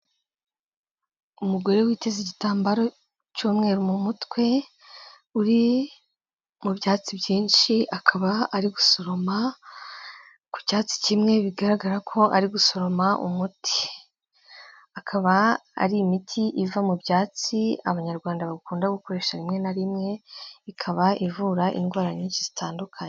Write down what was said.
Umugore witize igitambaro cy'umweru mu mutwe, uri mu byatsi byinshi akaba ari gusoroma ku cyatsi kimwe bigaragara ko ari gusoroma umuti, akaba ari imiti iva mu byatsi Abanyarwanda bakunda gukoresha rimwe na rimwe, ikaba ivura indwara nyinshi zitandukanye.